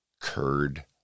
curd